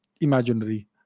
imaginary